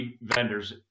vendors